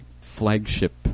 flagship